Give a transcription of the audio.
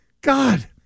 God